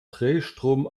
drehstrom